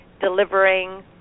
delivering